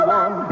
one